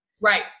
Right